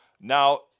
Now